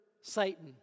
Satan